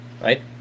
right